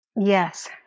yes